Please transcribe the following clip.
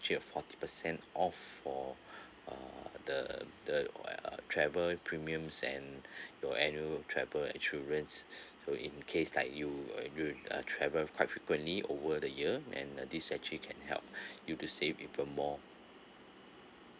~ally a forty percent off for err the the err travel premium and your annual travel insurance so in case like you uh you uh travel quite frequently over the year and uh this actually can help you to save even more